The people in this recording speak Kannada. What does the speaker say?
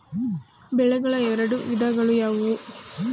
ಬೆಳೆಗಳ ಎರಡು ವಿಧಗಳು ಯಾವುವು?